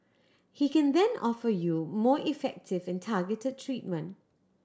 he can then offer you more effective and targeted treatment